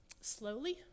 slowly